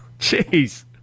Jeez